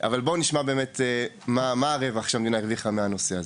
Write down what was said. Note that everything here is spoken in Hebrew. מה הרווח שהמדינה הרוויחה מהנושא הזה.